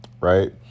right